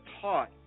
taught